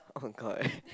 oh-my-god